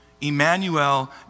Emmanuel